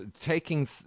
Taking